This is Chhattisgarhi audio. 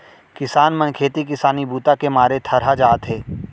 किसान मन खेती किसानी बूता के मारे थरहा जाथे